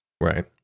Right